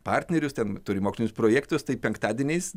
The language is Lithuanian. partnerius ten turim mokslinius projektus tai penktadieniais